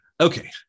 okay